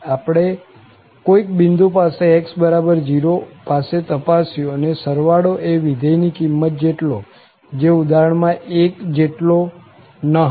આપણે કોઈક બિંદુ પાસે x0 પાસે તપાસ્યું અને સરવાળો એ વિધેય ની કીમત જેટલો જે ઉદાહરણ માં 1 જેટલો ન હતો